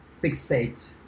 fixate